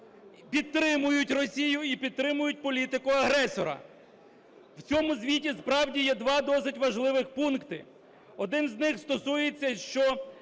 підтримують Росію і підтримують політику агресора. В цьому звіті справді є два досить важливих пункти. Один з них стосується, що